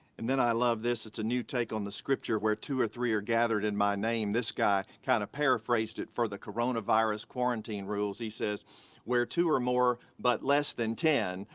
and then i love this, it's a new take on the scripture where two or three are gathered in my name, this guy kind of paraphrased it for the coronavirus quarantine rules. he says where two or more, but less than ten,